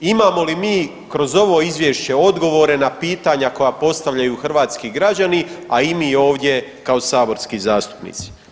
Imamo li mi kroz ovo izvješće odgovore na pitanja koja postavljaju hrvatski građani a i mi ovdje kao saborski zastupnici.